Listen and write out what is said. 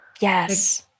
Yes